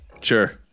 Sure